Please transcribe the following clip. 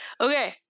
Okay